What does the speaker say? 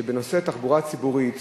שבנושא התחבורה הציבורית,